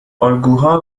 الگوها